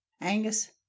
Angus